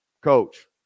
coach